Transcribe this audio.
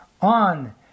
on